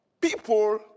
People